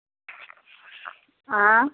हाँ